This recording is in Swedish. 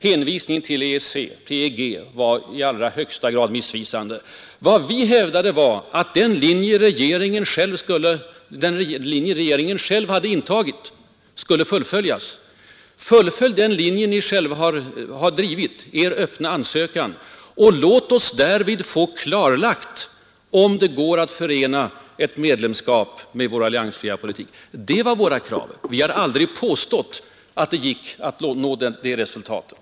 Hänvisningen till EEC eller EG var i allra högsta grad missvisande. Vi hävdade att den linje regeringen själv tidigare hade intagit skulle fullföljas, dvs. den öppna ansökans linje. Låt oss därvid få klarlagt om det går att förena ett medlemskap med vår alliansfria politik. Det var vårt krav. Vi har aldrig påstått att det gick att nå det resultatet.